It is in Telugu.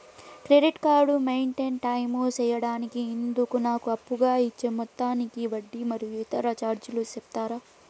క్రెడిట్ కార్డు మెయిన్టైన్ టైము సేయడానికి ఇందుకు నాకు అప్పుగా ఇచ్చే మొత్తానికి వడ్డీ మరియు ఇతర చార్జీలు సెప్తారా?